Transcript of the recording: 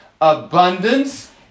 abundance